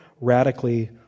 radically